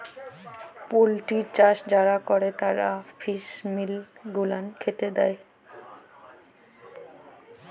poultry চাষ যারা ক্যরে তারা ফিস মিল গুলান খ্যাতে দেই